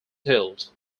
tilt